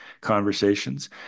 conversations